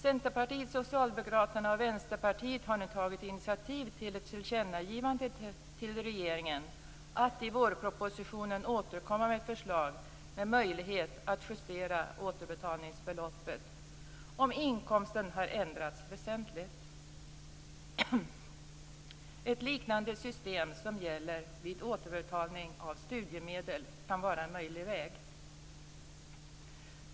Centerpartiet, Socialdemokraterna och Vänsterpartiet har nu tagit initiativ till ett tillkännagivande till regeringen att den i vårpropositionen bör återkomma med ett förslag med möjlighet att justera återbetalningsbeloppet, om inkomsten har ändrats väsentligt. Ett liknande system som det som gäller vid återbetalning av studiemedel kan vara en möjlig väg.